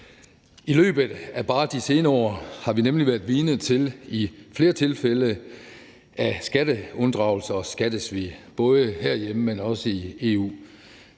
I løbet af de senere år har vi nemlig været vidne til flere tilfælde af skatteunddragelse og skattesvig, både herhjemme, men også i EU.